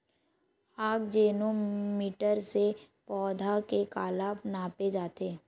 आकजेनो मीटर से पौधा के काला नापे जाथे?